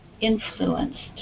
influenced